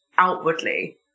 outwardly